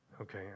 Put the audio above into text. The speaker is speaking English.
Okay